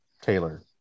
Taylor